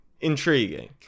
Intriguing